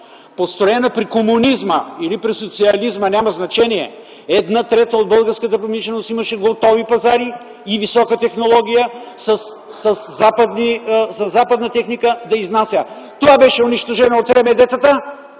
Построена при комунизма или при социализма - няма значение, една трета от българската промишленост имаше готови пазари и висока технология със западна техника да изнася. Това беше унищожено от РМД-тата,